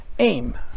aim